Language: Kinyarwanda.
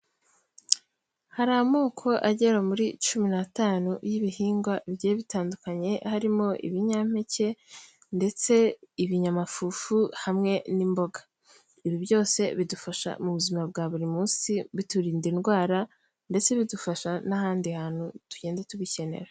Hari amoko agera muri cumi n'atanu y'ibihingwa bigiye bitandukanye, harimo ibinyampeke ndetse ibinyamafufu hamwe n'imboga, ibi byose bidufasha mu buzima bwa buri munsi, biturinda indwara ndetse bidufasha n'ahandi hantu tugenda tubikenera.